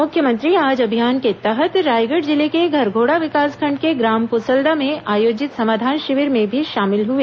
मुख्यमंत्री आज अभियान के तहत रायगढ़ जिले के घरघोड़ा विकासखंड के ग्राम पुसल्दा में आयोजित समाधान शिविर में भी में शामिल हुए